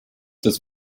des